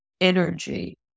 energy